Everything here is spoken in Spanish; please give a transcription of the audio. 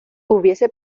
hubiese